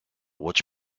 which